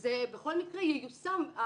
וזה בכל מקרה ייושם.